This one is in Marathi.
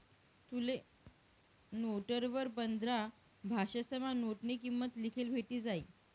तुले नोटवर पंधरा भाषासमा नोटनी किंमत लिखेल भेटी जायी